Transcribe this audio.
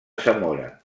zamora